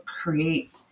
create